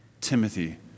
Timothy